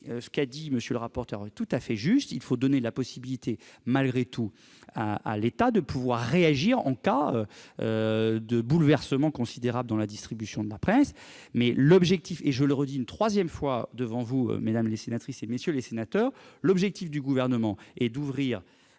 ce texte. M. le rapporteur a raison : il faut donner la possibilité malgré tout à l'État de réagir en cas de bouleversement considérable dans la distribution de la presse. Cependant, je le redis une troisième fois devant vous, mesdames les sénatrices, messieurs les sénateurs, l'objectif du Gouvernement est d'ouvrir